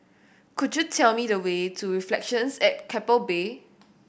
could you tell me the way to Reflections at Keppel Bay